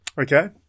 Okay